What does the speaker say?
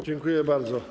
Dziękuję bardzo.